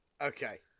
Okay